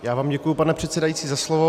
Já vám děkuji, pane předsedající, za slovo.